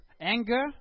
anger